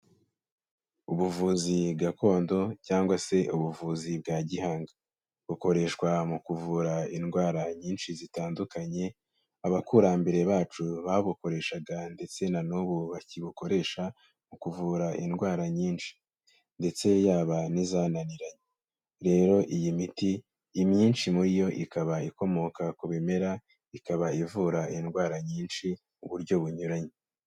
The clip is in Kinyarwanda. Ubuvuzi gakondo cyangwa se ubuvuzi bwa gihanga. Bukoreshwa mu kuvura indwara nyinshi zitandukanye, abakurambere bacu babukoreshaga ndetse na n'ubu bakibukoresha mu kuvura indwara nyinshi ndetse yaba n'izananiranye. Rero iyi miti, imyinshi muri yo ikaba ikomoka ku bimera, ikaba ivura indwara nyinshi mu buryo bunyuranye.